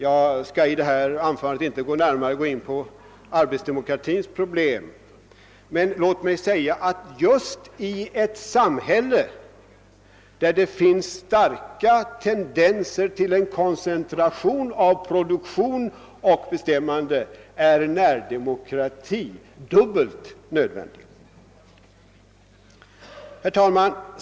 Jag skall i detta anförande inte närmare gå in på demokratins problem, men jag vill säga att just i ett samhälle där det finns starka tendenser till en koncentration av produktion och bestämmande är närdemokrati dubbelt nödvändig. Herr talman!